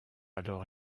alors